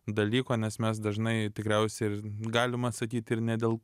dalyko nes mes dažnai tikriausiai ir galima sakyt ir ne dėl